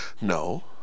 No